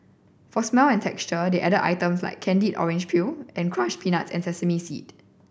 for smell and texture they added items like candied orange peel and crushed peanuts and sesame seeds